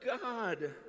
God